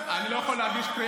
הוא לא שומע ולא רואה,